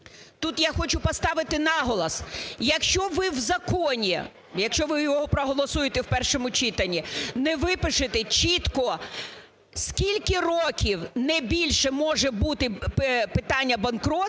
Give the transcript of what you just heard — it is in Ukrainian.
Тут я хочу поставити наголос: якщо ви в законі, якщо ви його проголосуєте в першому читанні, не випишете чітко, скільки років, не більше, може бути питання банкрутства,